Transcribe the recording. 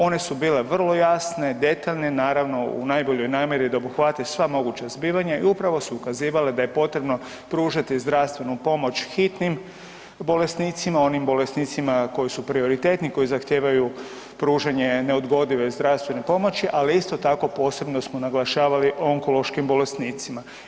One su bile vrlo jasne, detaljne naravno u najboljoj namjeri da obuhvate sva moguća zbivanja i upravo su ukazivala da je potrebno pružati zdravstvenu pomoć hitnim bolesnicima, onim bolesnicima koji su prioritetni, koji zahtijevaju pružanje neodgodive zdravstvene pomoći, ali isto tako posebno smo naglašavali o onkološkim bolesnicima.